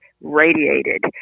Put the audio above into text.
radiated